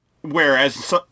Whereas